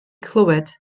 clywed